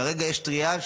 כרגע יש טריאז',